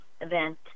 event